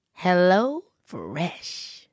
HelloFresh